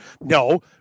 No